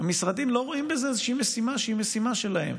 והמשרדים לא רואים בזה איזושהי משימה שהיא משימה שלהם,